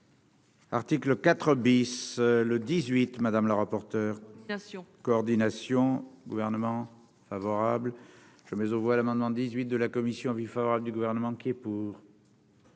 Article 4 bis, le 18 madame la rapporteure coordination gouvernement favorable mais aux voix l'amendement 18 de la commission avis favorable du gouvernement qui est pour.